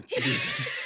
Jesus